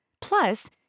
Plus